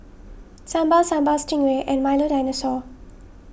Sambal Sambal Stingray and Milo Dinosaur